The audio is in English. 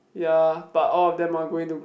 ya but all of them are going to